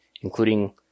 including